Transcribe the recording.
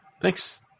Thanks